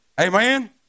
Amen